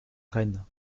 rennes